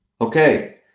Okay